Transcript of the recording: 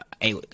hey